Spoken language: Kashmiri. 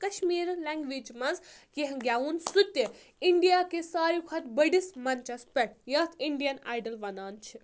کشمیٖر لینٛگویج منٛز کینٛہہ گیٚوُن سُہ تہِ اِنڈیا کِس ساروی کھۄتہٕ بٔڑِس مَنچَس پؠٹھ یَتھ اِنڈیَن آیڈٕل وَنان چھِ